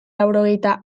laurogeita